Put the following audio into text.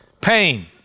pain